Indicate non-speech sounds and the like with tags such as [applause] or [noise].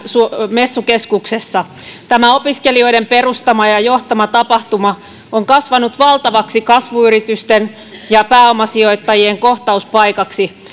messukeskuksessa tämä opiskelijoiden perustama ja ja johtama tapahtuma on kasvanut valtavaksi kasvuyritysten ja pääomasijoittajien kohtauspaikaksi [unintelligible]